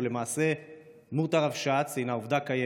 ולמעשה דמות הרבש"צ הינה עובדה קיימת,